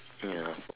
ya